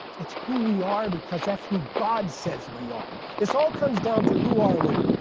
it's who we are because that's who god says we are. this all comes down to who are we?